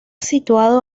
situado